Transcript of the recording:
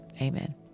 Amen